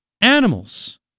animals